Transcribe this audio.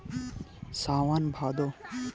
सावन भादो